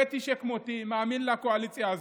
פתי שכמותי, מאמין לקואליציה הזאת,